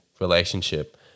relationship